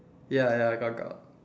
ya ya got got